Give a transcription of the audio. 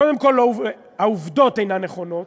קודם כול העובדות אינן נכונות,